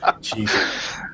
Jesus